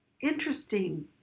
interesting